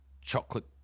chocolate